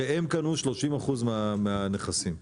הם קנו 30% מהנכסים.